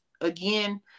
again